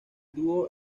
dúo